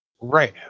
right